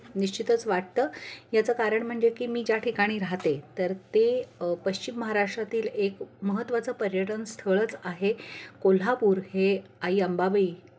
निश्चितच वाटतं याचं कारण म्हणजे की मी ज्या ठिकाणी राहते तर ते पश्चिम महाराष्ट्रातील एक महत्त्वाचं पर्यटन स्थळच आहे कोल्हापूर हे आई अंबाबाई